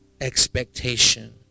expectation